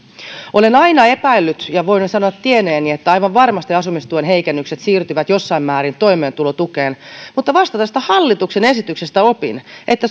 olen aina epäillyt ja voin sanoa tienneeni että aivan varmasti asumistuen heikennykset siirtyvät jossain määrin toimeentulotukeen mutta vasta tästä hallituksen esityksestä opin että